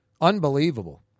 Unbelievable